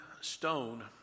stone